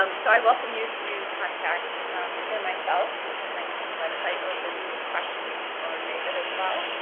um so i welcome you to contact either myself, you can find me on the web site, or libby with questions or david, as well.